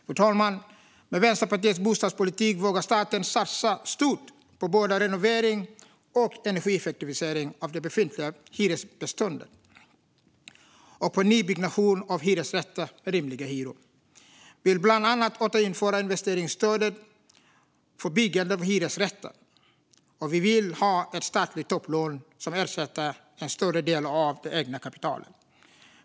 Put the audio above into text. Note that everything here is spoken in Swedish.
Fru talman! Med Vänsterpartiets bostadspolitik vågar staten satsa stort på både renovering och energieffektivisering av det befintliga hyresbostadsbeståndet och på nybyggnation av hyresrätter med rimliga hyror. Vi vill bland annat återinföra investeringsstödet för byggande av hyresrätter, och vi vill ha ett statligt topplån som ersätter en större del av det egna kapitalet.